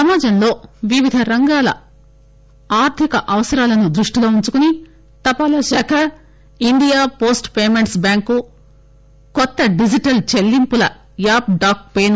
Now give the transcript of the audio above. సమాజంలోని వివిధ రంగాల ఆర్థిక అవసరాలను దృష్టిలో ఉంచుకుని తపాలాశాఖ ఇండియా పోస్ట్ పేమెంట్స్ బ్యాంకు కొత్త డిజిటల్ చెల్లింపుల యాప్ ేడాక్ పే ను ప్రారంభించాయి